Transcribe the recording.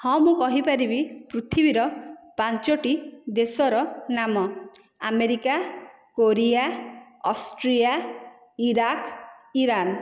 ହଁ ମୁଁ କହିପାରିବି ପୃଥିବୀର ପାଞ୍ଚୋଟି ଦେଶର ନାମ America Korea Austria Iraq Iran